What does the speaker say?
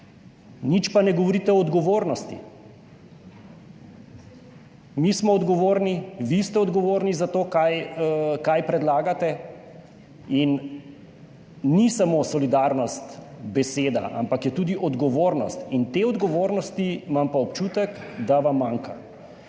nič pa ne govorimo o odgovornosti. Mi smo odgovorni, vi ste odgovorni za to, kar predlagate, in ni samo solidarnost beseda, ampak je tudi odgovornost. Imam občutek, da vam te